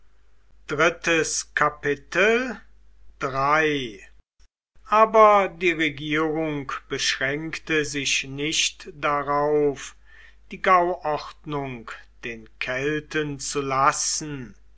aber die regierung beschränkte sich nicht darauf die gauordnung den kelten zu lassen